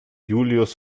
julius